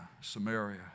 Samaria